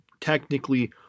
technically